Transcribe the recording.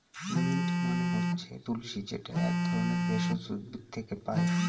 mint মানে হচ্ছে তুলশী যেটা এক ধরনের ভেষজ উদ্ভিদ থেকে পায়